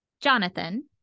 Jonathan